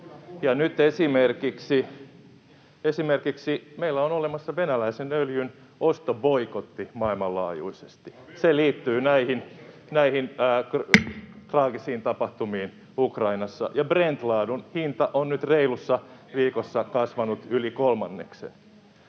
esimerkiksi meillä on olemassa venäläisen öljyn ostoboikotti maailmanlaajuisesti. [Juha Mäenpään välihuuto] Se liittyy näihin traagisiin tapahtumiin Ukrainassa, ja Brent-laadun hinta on nyt reilussa viikossa kasvanut yli kolmanneksen.